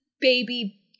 baby